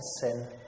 sin